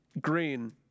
green